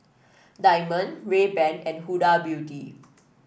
Diamond Rayban and Huda Beauty